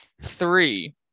three